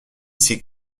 ses